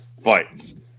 fights